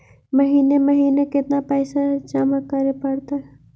महिने महिने केतना पैसा जमा करे पड़तै?